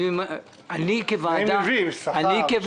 אני ממנה אותו.